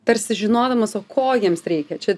tarsi žinodamas o ko jiems reikia čia